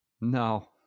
No